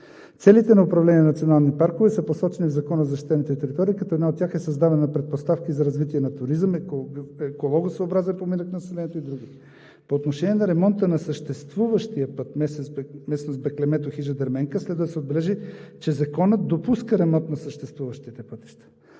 Целите на управление „Национални паркове“ са посочени в Закона за защитените територии, като една от тях е създаване на предпоставки за развитие на туризъм, екологосъобразен поминък на населението и други. По отношение на ремонта на съществуващия път „Местност „Беклемето“ – хижа „Дерменка“, следва да се отбележи, че Законът допуска ремонт на съществуващите пътища.